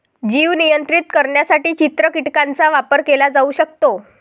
जीव नियंत्रित करण्यासाठी चित्र कीटकांचा वापर केला जाऊ शकतो